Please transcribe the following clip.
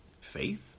faith